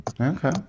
Okay